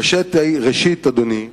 ראשית, אדוני,